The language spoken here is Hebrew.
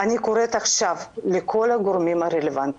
אני קוראת עכשיו לכל הגורמים הרלוונטיים,